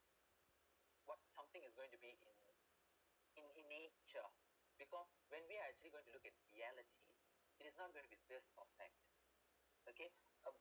what something is going to be in in in nature because when we're actually going to look at reality it is not going to be this or that okay